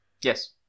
yes